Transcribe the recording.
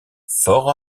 fort